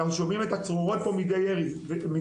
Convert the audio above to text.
שומעים את הצרורות פה מדי ערב.